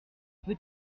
petit